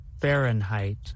Fahrenheit